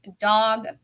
dog